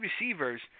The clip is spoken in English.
receivers –